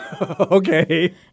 Okay